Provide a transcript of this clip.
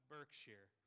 Berkshire